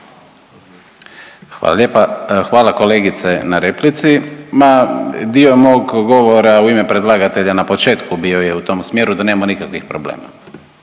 Hvala kolegice na replici. Ma dio mog govora u ime predlagatelja na početku bio je u tom smjeru da nema nikakvih problema,